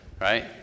Right